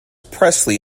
presley